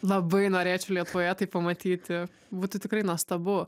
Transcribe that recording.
labai norėčiau lietuvoje tai pamatyti būtų tikrai nuostabu